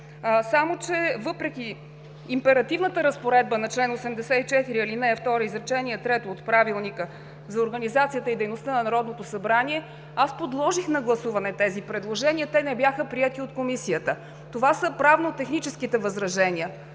Само че, въпреки императивната разпоредба на чл. 84, ал. 2, изречение трето от Правилника за организацията и дейността на Народното събрание, аз подложих на гласуване тези предложения. Те не бяха приети от Комисията. Това са правно-техническите възражения.